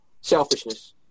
Selfishness